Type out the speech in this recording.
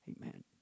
Amen